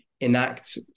enact